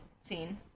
scene